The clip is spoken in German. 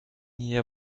hier